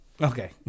Okay